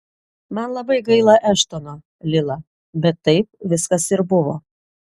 man labai gaila eštono lila bet taip viskas ir buvo